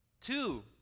Two